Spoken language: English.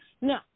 No